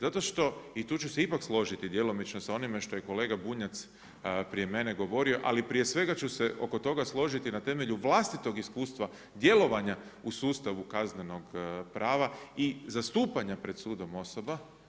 Zato što i tu ću se ipak složiti djelomično sa onime što je kolega Bunjac prije mene govorio, ali prije svega ću se oko toga složiti na temelju vlastitog iskustva djelovanja u sustavu kaznenog prava i zastupanja pred sudom osoba.